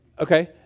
Okay